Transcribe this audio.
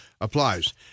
applies